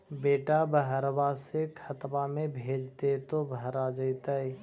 बेटा बहरबा से खतबा में भेजते तो भरा जैतय?